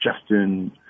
justin